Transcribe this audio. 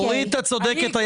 אורית, את צודקת.